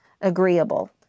agreeable